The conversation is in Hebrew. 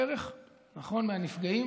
בערך שליש מהנפגעים